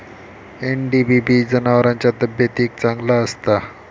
NDBB जनावरांच्या तब्येतीक चांगला असता